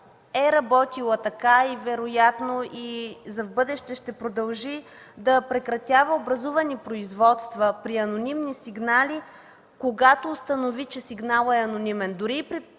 е работила така и вероятно и за в бъдеще ще продължи да прекратява образувани производства при анонимни сигнали, когато установи, че сигналът е анонимен.